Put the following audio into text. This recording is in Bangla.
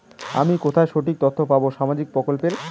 আমি কোথায় সঠিক তথ্য পাবো সামাজিক প্রকল্পের?